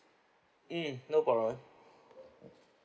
mm no problem